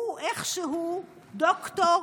הוא איכשהו דוקטור,